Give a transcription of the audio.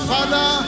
Father